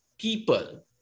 people